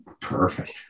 Perfect